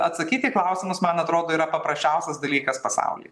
atsakyt į klausimus man atrodo yra paprasčiausias dalykas pasauly